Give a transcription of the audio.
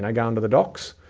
know, going to the docs?